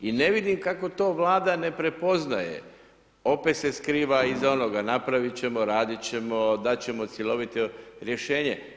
I ne vidim kako to Vlada ne prepoznaje, opet se skriva iza onoga, napraviti ćemo, raditi ćemo, dati ćemo cjelovito rješenje.